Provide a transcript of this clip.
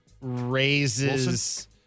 raises